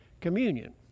communion